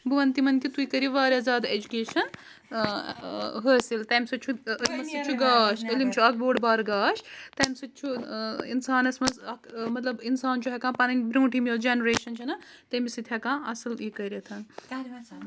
بہٕ وَنہٕ تِمَن کہِ تُہۍ کٔرِو واریاہ زیادٕ اٮ۪جوکیشَن حٲصِل تَمہِ سۭتۍ چھُ علمہٕ سۭتۍ چھُ گاش علم چھُ اَکھ بوٚڈ بار گاش تَمہِ سۭتۍ چھُ اِنسانَس منٛز اَکھ مطلب اِنسان چھُ ہٮ۪کان پَنٕنۍ برٛوٗنٛٹھِم یۄس جَنریشَن چھَنَہ تٔمِس سۭتۍ ہٮ۪کان اَصٕل یہِ کٔرِتھ